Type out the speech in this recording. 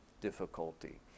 difficulty